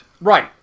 Right